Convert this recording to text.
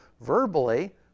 verbally